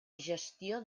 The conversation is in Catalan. gestió